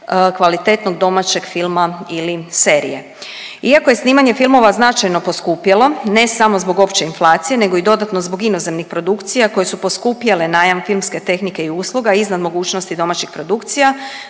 kvalitetnog domaćeg filma ili serije. Iako je snimanje filmova značajno poskupjelo ne samo zbog opće inflacije nego i dodatno zbog inozemnih produkcija koje su poskupjele najam filmske tehnike i usluga iznad mogućnosti domaćih produkcija,